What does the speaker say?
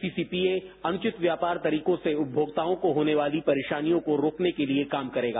CCPA अनुचित व्यापार तरीकों से उपभोक्ताओं को होने वाली परेशानियों को रोकने के लिए काम करेगा